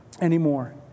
anymore